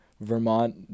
Vermont